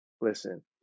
listen